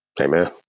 Amen